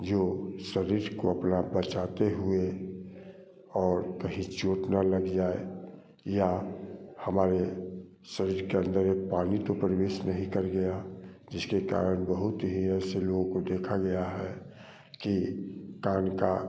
जो शरीर को अपना बचाते हुए और कहीं चोट ना लग जाए या हमारे शरीर के अंदर पानी तो प्रवेश नहीं कर गया जिसके कारण बहुत ही ऐसे लोगों को देखा गया है कि कान का